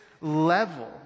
level